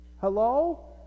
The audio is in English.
Hello